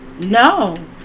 No